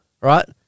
right